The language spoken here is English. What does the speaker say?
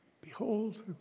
behold